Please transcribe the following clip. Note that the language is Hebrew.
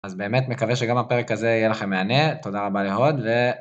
אז באמת מקווה שגם הפרק הזה יהיה לכם מהנה, תודה רבה להוד, ו...